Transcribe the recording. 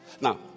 Now